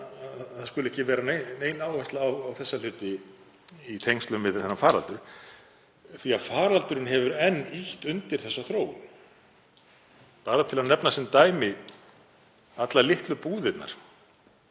að ekki skuli vera nein áhersla á þessa hluti í tengslum við þennan faraldur því að faraldurinn hefur enn ýtt undir þessa þróun. Bara til að nefna sem dæmi eru allar litlu búðirnar